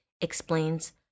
explains